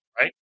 right